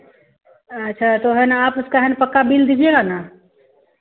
अच्छा तो है ना आप उसका है ना पक्का बिल दीजिएगा ना